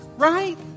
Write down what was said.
right